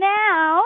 now